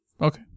Okay